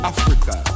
Africa